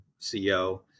CEO